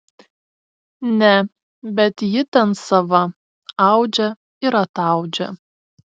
ne bet ji ten sava audžia ir ataudžia